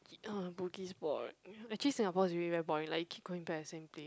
Bugis boring actually Singapore is really very boring like you keep going back the same place